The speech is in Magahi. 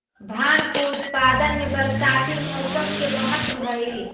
भाँग के उत्पादन में बरसाती मौसम के महत्त्व हई